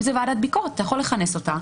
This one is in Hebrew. אם זו ועדת ביקורת, אתה יכול לכנס אותה.